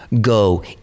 go